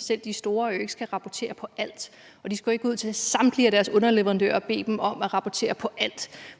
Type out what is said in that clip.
selv de store virksomheder ikke skal rapportere på alt, og at de ikke skal ud til samtlige af deres underleverandører og bede dem om at rapportere på alt.